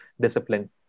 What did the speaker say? discipline